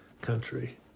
country